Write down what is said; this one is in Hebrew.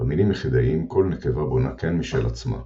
במינים יחידאיים, כל נקבה בונה קן משל עצמה,